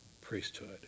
priesthood